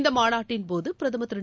இந்த மாநாட்டின் போது பிரதமர் திரு